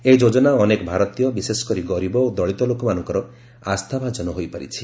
ଏହି ଯୋଜନା ଅନେକ ଭାରତୀୟ ବିଶେଷକରି ଗରିବ ଓ ଦଳିତ ଲୋକମାନଙ୍କର ଆସ୍ଥା ଭାଜନ ହୋଇପାରିଛି